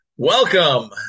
Welcome